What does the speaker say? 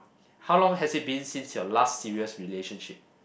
how long has it been since your last serious relationship